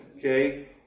Okay